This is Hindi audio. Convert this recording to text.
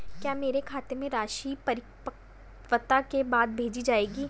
क्या मेरे खाते में राशि परिपक्वता के बाद भेजी जाएगी?